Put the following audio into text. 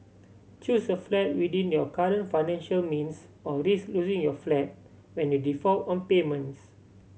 choose a flat within your current financial means or risk losing your flat when you default on payments